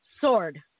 Sword